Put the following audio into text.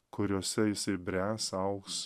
kuriose jisai bręs augs